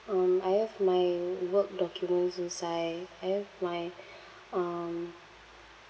um I have my work documents inside I have my um